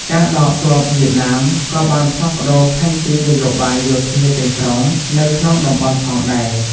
ការដកទ័ពវៀតណាមក៏បានផ្លាស់ប្តូរផែនទីនយោបាយយោធាទាំងស្រុងនៅក្នុងតំបន់ផងដែរ។